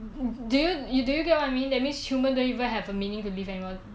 do you do you get what I mean that means human don't even have a meaning to live and work